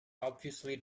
obviously